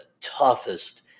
toughest